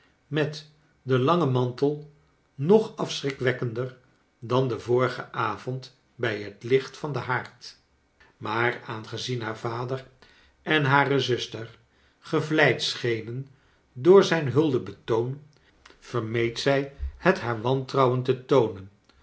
met den langen mantel nog afschrikwekkender dan den vorigen avond bij het licht van den haard maar aangezien haar vader en hare zuster gevleid schenen door zijn huldebetoon vermeed zij het haar wantrouwen te toonen